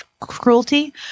cruelty